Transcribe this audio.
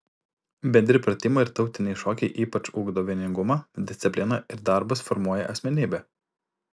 bendri pratimai ir tautiniai šokiai ypač ugdo vieningumą disciplina ir darbas formuoja asmenybę